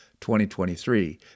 2023